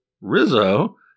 Rizzo